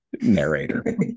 narrator